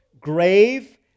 grave